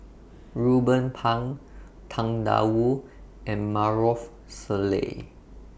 Ruben Pang Tang DA Wu and Maarof Salleh